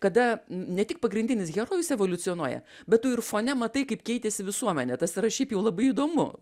kada n ne tik pagrindinis herojus evoliucionuoja bet tu ir fone matai kaip keitėsi visuomenė tas yra šiaip jau labai įdomu